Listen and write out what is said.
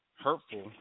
hurtful